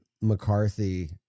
McCarthy